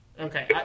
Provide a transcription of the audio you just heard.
Okay